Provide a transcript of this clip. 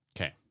Okay